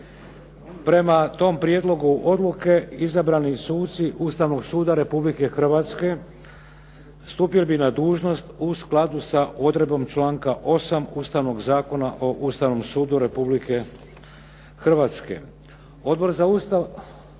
Prema tom prijedlogu odluke izabrani suci Ustavnog suda Republike Hrvatske stupili bi na dužnost u skladu sa odredbom članka 8. Ustavnog zakona o Ustavnom sudu Republike Hrvatske.